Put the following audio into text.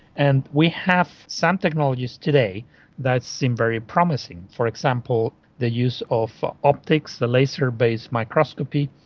and we have some technologies today that seem very promising. for example, the use of optics, the laser-based microscopy,